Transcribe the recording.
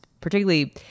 particularly